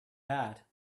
had